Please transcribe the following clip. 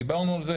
דיברנו על זה.